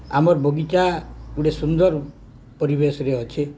ଆମର୍ ବଗିଚା ଗୋଟେ ସୁନ୍ଦର ପରିବେଶରେ ଅଛେ